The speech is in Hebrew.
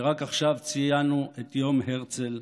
ורק עכשיו ציינו את יום הרצל,